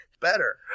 Better